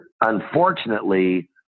unfortunately